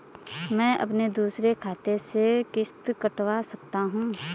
मैं अपने दूसरे खाते से किश्त कटवा सकता हूँ?